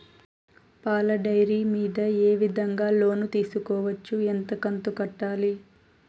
పాల డైరీ మీద ఏ విధంగా లోను తీసుకోవచ్చు? ఎంత కంతు కట్టాలి?